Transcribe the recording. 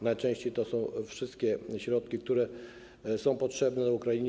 Najczęściej to są wszystkie środki, które są potrzebne Ukrainie.